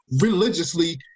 religiously